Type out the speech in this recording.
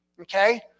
Okay